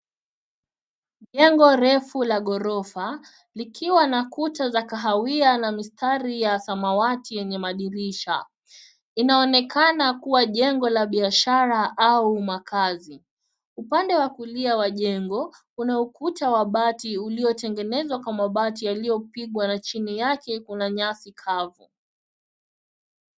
Jengo refu la ghorofa, likiwa na kuta za kahawia na mistari ya samawati yenye madirisha. Inaonekana kua jengo la biashara au makazi. Upande wa kulia wa jengo, kuna ukuta wa bati uliotengenezwa kwa mabati yaliopigwa, na chini yake kuna nyasi kavu.